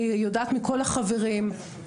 אני יודעת מכל החברים,